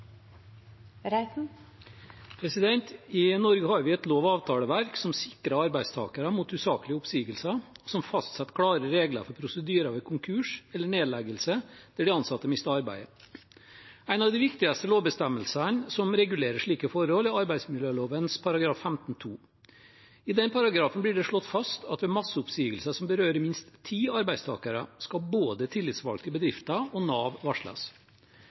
I Norge har vi et lov- og avtaleverk som sikrer arbeidstakere mot usaklige oppsigelser, og som fastsetter klare regler for prosedyrer ved konkurs eller nedleggelse der de ansatte mister arbeidet. En av de viktigste lovbestemmelsene som regulerer slike forhold, er arbeidsmiljøloven § 15-2. I den paragrafen blir det slått fast at ved masseoppsigelser som berører minst ti arbeidstakere, skal både tillitsvalgte i bedriften og Nav varsles.